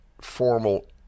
formal